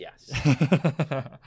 yes